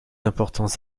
importants